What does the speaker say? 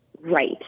right